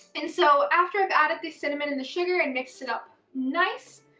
and so after i've added the cinnamon and the sugar and mixed it up nice,